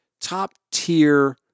top-tier